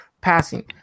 passing